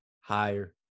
higher